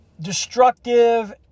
destructive